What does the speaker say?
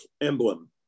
emblem